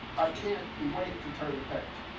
i can't wait to turn the page.